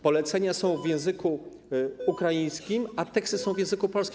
Polecenia są w języku ukraińskim, a teksty są w języku polskim.